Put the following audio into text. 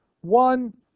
One